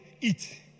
eat